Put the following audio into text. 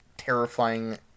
terrifying